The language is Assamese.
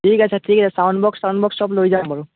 ঠিক আছে ঠিক আছে চাউণ্ড বক্স টাইণ্ড বক্স চব লৈ যাম আৰু